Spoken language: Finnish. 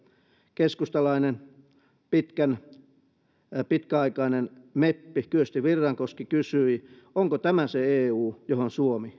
keskustalainen pitkäaikainen meppi kyösti virrankoski kysyi onko tämä se eu johon suomi